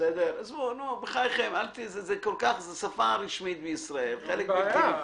זו שפה רשמית בישראל, חלק בלתי נפרד.